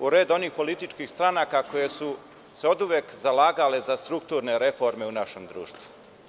u red onih političkih stranaka koje su se oduvek zalagale za strukturne reforme u našem društvu.